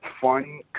fun